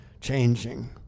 changing